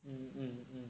mm mm